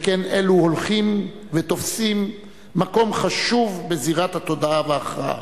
שכן אלו הולכים ותופסים מקום חשוב בזירת התודעה וההכרעה.